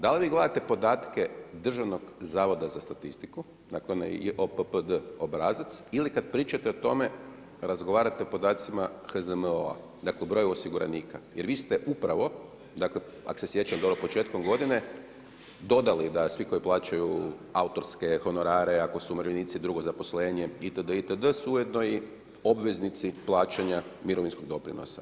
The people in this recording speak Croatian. Da li vi gledate podatke Državnog zavoda za statistiku, dakle i onaj JPPD obrazac ili kad pričate o tome razgovarate o podacima HZMO-a, dakle u broju osiguranika jer vi ste upravo dakle ako se sjećam dobro početkom godine dodali da svi koji plaćaju autorske honorare, ako su umirovljenici drugo zaposlenje itd. itd. su ujedno i obveznici plaćanja mirovinskog doprinosa.